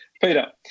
Peter